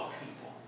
people